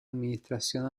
administración